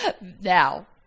now